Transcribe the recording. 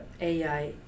AI